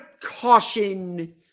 caution